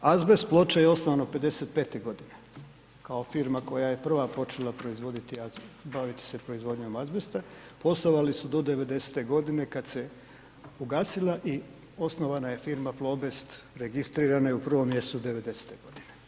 Azbest“ Ploče je osnovano '55. godine kao firma koja je prva počela proizvoditi …, baviti se proizvodnjom azbesta, poslovali su do '90.-te godine kada se ugasila i osnovana je firma „Plobest“ i registrirana je u 1. mjesecu '90.-te godine.